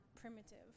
primitive